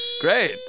Great